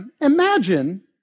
imagine